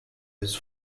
his